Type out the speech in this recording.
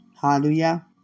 Hallelujah